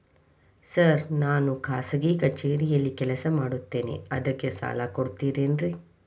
Sir ನಾನು ಖಾಸಗಿ ಕಚೇರಿಯಲ್ಲಿ ಕೆಲಸ ಮಾಡುತ್ತೇನೆ ಅದಕ್ಕೆ ಸಾಲ ಕೊಡ್ತೇರೇನ್ರಿ?